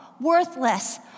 worthless